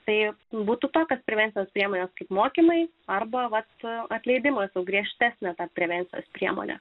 tai būtų tokios prevencijos ėmė motinai arba vartojo atleidimas griežtesnes prevencines priemones